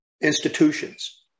institutions